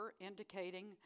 indicating